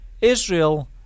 Israel